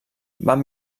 van